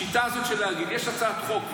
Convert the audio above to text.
השיטה הזאת של להגיד: יש הצעת חוק,